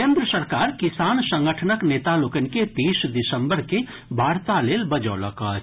केन्द्र सरकार किसान संगठनक नेता लोकनि के तीस दिसंबर के वार्ता लेल बजौलक अछि